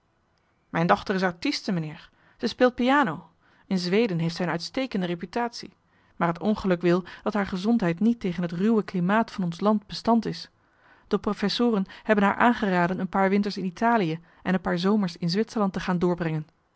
mijn dochter is artieste meneer zij speelt piano in zweden heeft zij een uitstekende reputatie maar het ongeluk wil dat haar gezondheid niet tegen het ruwe klimaat van ons land bestand is de profesmarcellus emants een nagelaten bekentenis soren hebben haar aangeraden een paar winters in italië en een paar zomers in zwitserland te gaan doorbrengen